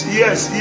yes